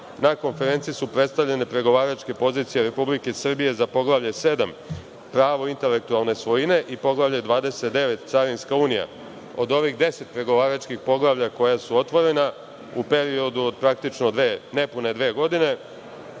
Na konferenciji su predstavljene pregovaračke pozicije Republike Srbije za Poglavlje 7 – pravo intelektualne svojine i Poglavlje 29 – carinska unija. Od ovih 10 pregovaračkih poglavlja, koja su otvorena u periodu od nepune dve godine,